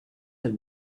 have